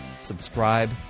subscribe